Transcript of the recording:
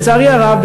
לצערי הרב,